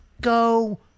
go